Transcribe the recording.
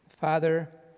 Father